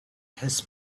his